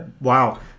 Wow